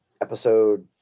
episode